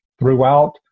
throughout